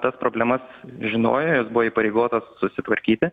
tas problemas žinojo jos buvo įpareigotas susitvarkyti